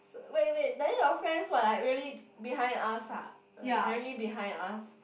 wait wait then your friends what ah really behind us ah like directly behind us